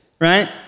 right